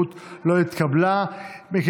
ההסתייגות (3) של קבוצת סיעת הליכוד,